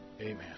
Amen